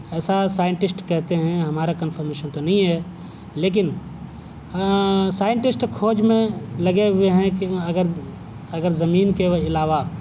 ایسا سائنٹسٹ کہتے ہیں ہمارا کنفرمیشن تو نہیں ہے لیکن سائنٹسٹ کھوج میں لگے ہوئے ہیں کہ اگر اگر زمین کے علاوہ